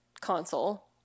console